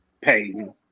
Payton